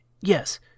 Yes